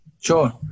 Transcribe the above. sure